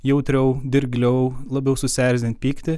jautriau dirgliau labiau susierzint pykti